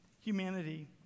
Humanity